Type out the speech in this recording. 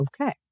Okay